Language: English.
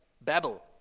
Babel